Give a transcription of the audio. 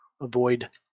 avoid